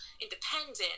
independent